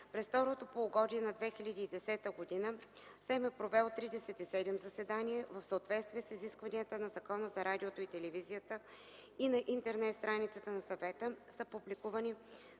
През второто полугодие на 2010 г. СЕМ е провел 37 заседания, в съответствие с изискванията на Закона за радиото и телевизията и на интернет страницата на Съвета са публикувани